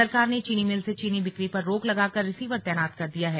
सरकार ने चीनी मिल से चीनी बिक्री पर रोक लगाकर रिसीवर तैनात कर दिया है